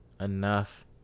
enough